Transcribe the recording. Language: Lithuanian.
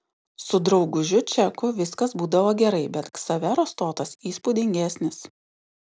su draugužiu čeku viskas būdavo gerai bet ksavero stotas įspūdingesnis